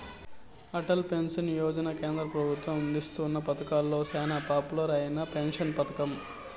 Atal pension Yojana కేంద్ర పెబుత్వం అందిస్తున్న పతకాలలో సేనా పాపులర్ అయిన పెన్సన్ పతకం